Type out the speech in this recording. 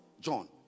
John